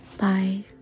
bye